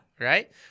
Right